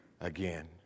again